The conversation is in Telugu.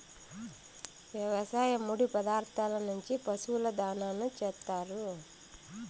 వ్యవసాయ ముడి పదార్థాల నుంచి పశువుల దాణాను చేత్తారు